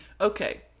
Okay